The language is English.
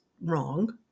wrong